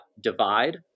divide